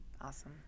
awesome